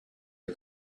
are